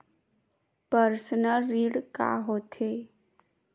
Personal ऋण का होथे?